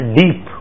deep